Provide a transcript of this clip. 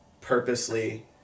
purposely